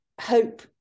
hope